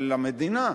אבל למדינה.